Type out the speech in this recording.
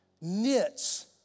knits